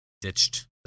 ditched